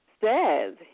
says